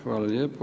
Hvala lijepo.